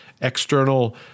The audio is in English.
external